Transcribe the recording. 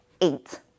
eight